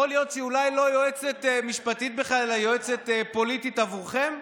יכול להיות שהיא אולי לא יועצת משפטית בכלל אלא יועצת פוליטית עבורכם?